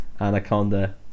anaconda